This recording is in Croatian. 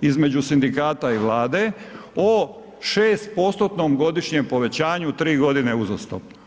između sindikata i Vlade o 6%-tnom godišnjem povećanju u 3 g. uzastopno?